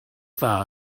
dda